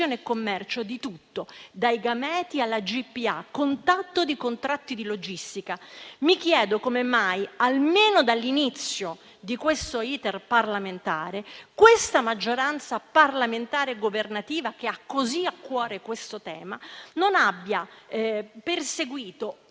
e commercio di tutto, dai gameti alla GPA, con tanto di contratti di logistica. Mi chiedo come mai, almeno dall'inizio di questo *iter* parlamentare, questa maggioranza parlamentare e governativa, che ha così a cuore questo tema, non abbia perseguito